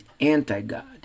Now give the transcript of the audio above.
anti-God